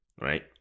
right